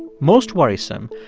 most worrisome,